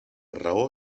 raó